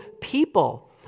people